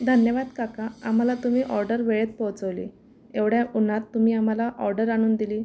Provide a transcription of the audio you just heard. धन्यवाद काका आम्हाला तुम्ही ऑडर वेळेत पोचवली एवढ्या उन्हात तुम्ही आम्हाला ऑडर आणून दिली